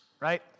right